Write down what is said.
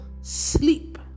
sleep